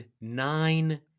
nine